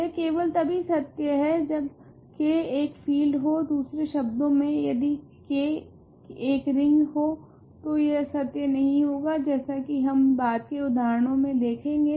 यह केवल तभी सत्य है जब K एक फील्ड हो दूसरे शब्दो में यदि के एक रिंग हो तो यह सत्य नहीं होगा जैसा की हम बाद के उदाहरणो मे देखेगे